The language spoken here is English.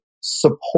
support